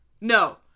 No